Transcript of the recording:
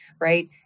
right